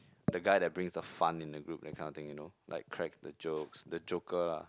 the guy that brings the fun in the group that kind of thing you know like crack the jokes the joker lah